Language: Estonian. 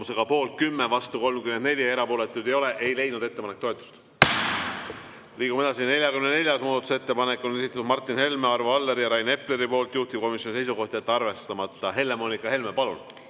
vastu 34, erapooletuid ei ole, ei leidnud ettepanek toetust. Liigume edasi. 44. muudatusettepaneku on esitanud Martin Helme, Arvo Aller ja Rain Epler. Juhtivkomisjoni seisukoht on jätta arvestamata. Helle-Moonika Helme, palun!